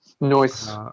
Noise